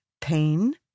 pain